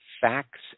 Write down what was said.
facts